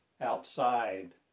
outside